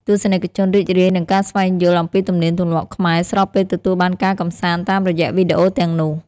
ទស្សនិកជនរីករាយនឹងការស្វែងយល់អំពីទំនៀមទម្លាប់ខ្មែរ ស្របពេលទទួលបានការកម្សាន្តតាមរយៈវីដេអូទាំងនោះ។